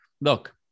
look